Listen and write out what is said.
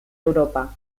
europa